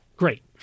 great